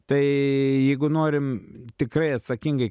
tai jeigu norim tikrai atsakingai